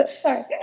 Sorry